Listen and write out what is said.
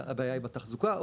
הבעיה היא בתחזוקה,